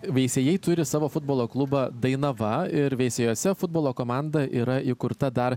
veisiejai turi savo futbolo klubą dainava ir veisiejuose futbolo komanda yra įkurta dar